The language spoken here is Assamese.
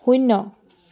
শূন্য